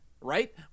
right